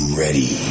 ready